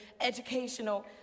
educational